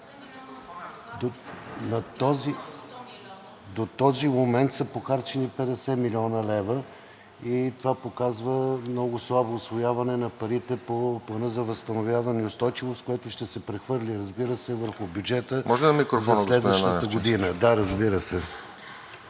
До този момент са похарчени 50 млн. лв. и това показва много слабо усвояване на парите по Плана за възстановяване и устойчивост, което ще се прехвърли, разбира се, върху бюджета за следващата година. Не съм